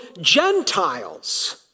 Gentiles